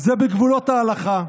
זה בגבולות ההלכה.